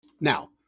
Now